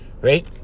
right